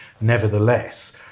nevertheless